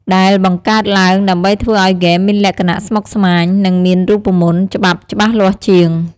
ដែលបង្កើតឡើងដើម្បីធ្វើឱ្យហ្គេមមានលក្ខណៈស្មុគស្មាញ និងមានរូបមន្តច្បាប់ច្បាស់លាស់ជាង។